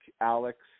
Alex